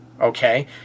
okay